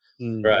Right